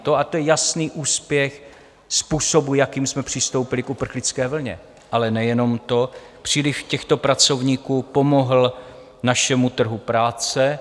A to je jasný úspěch způsobu, jakým jsme přistoupili k uprchlické vlně, ale nejenom to, příliv těchto pracovníků pomohl našemu trhu práce.